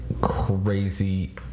crazy